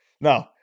No